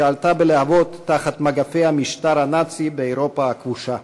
שעלתה בלהבות תחת מגפי המשטר הנאצי באירופה הכבושה.